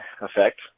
effect